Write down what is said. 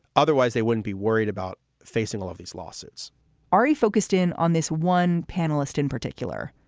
otherwise they wouldn't be worried about facing all of these losses ari focused in on this one panelist in particular,